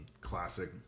classic